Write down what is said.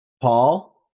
Paul